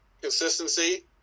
consistency